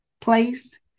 place